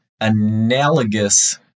analogous